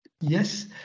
Yes